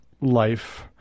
life—